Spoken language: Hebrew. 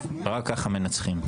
רק ככה מנצחים.